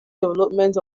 development